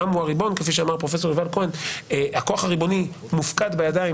הריבוני כפי שאמר פרופ' יובל כהן העם הוא הריבון - מופקד בידיים